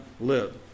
live